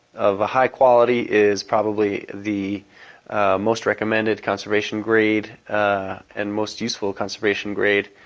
of a high quality is probably the most recommended conservation grade and most useful conservation grade